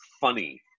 funny